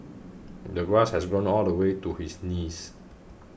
the grass has grown all the way to his knees